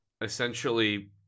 essentially